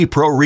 Pro